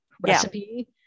recipe